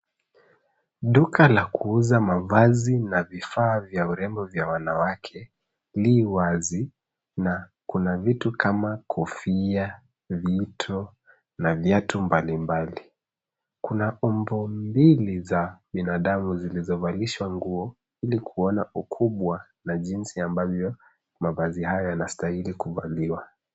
Duka la kuuza mavazi na vifaa vya urembo vya wanawake li wazi na kuna vitu kama kofia, vito na viatu mbalimbali. Kuna umbo mbili za binadamu zilizovalishwa nguo ili kuona ukubwa na jinsi ambavyo mavazi haya yanastahili kuvaliwa.